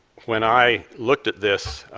when i looked at this,